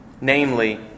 namely